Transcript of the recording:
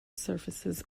surfaces